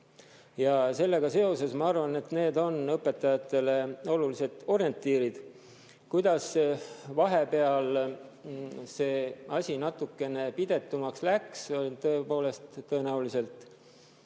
Sellega seoses ma arvan, et need on õpetajatele olulised orientiirid. Kuidas vahepeal see asi natukene pidetumaks läks? Tõenäoliselt